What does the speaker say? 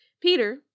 Peter